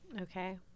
Okay